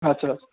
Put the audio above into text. আচ্ছা